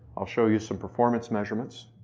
i'll show you some performance measurements